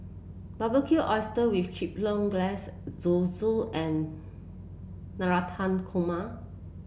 Barbecued Oysters with Chipotle Glaze Zosui and Navratan Korma